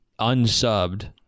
unsubbed